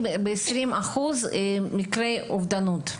ב-20% את מקרי האובדנות.